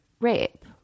rape